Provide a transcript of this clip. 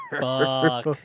Fuck